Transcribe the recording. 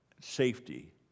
safety